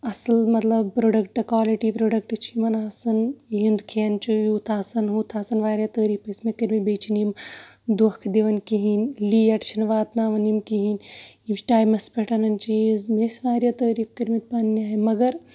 اَصٕل مطلب product quality product چھُ یِمن آسان یِہُند کھٮ۪ن چھُ یوٗتاہ آسان رُت آسان واریاہ تعٲریٖف ٲسۍ مےٚ کٔرمٕتۍ بیٚیہِ چھِنہٕ یِم دۄنکھٕ دِوان یِم کہیٖنۍ لیٹ چھِنہٕ یِم واتناوان یِم کِہیٖںۍ یُس ٹایمَس پٮ۪ٹھ یِم چیٖز مےٚ ٲسۍ واریاہ تعٲریٖف کٔرمٕتۍ پَنٕنہِ اَندٕ